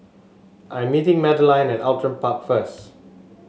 I am meeting Madeline at Outram Park first